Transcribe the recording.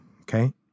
okay